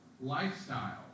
lifestyle